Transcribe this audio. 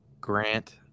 Grant